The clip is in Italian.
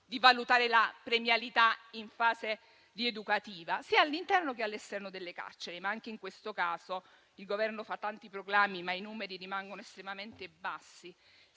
di valutare la premialità in fase rieducativa, sia all'interno che all'esterno delle carceri. Anche in questo caso, il Governo fa tanti proclami, ma i numeri rimangono estremamente bassi.